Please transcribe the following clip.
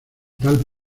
tal